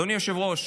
אדוני היושב-ראש,